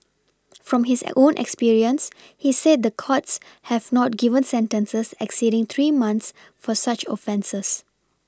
from his own experience he said the courts have not given sentences exceeding three months for such offences